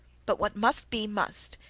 but what must be must,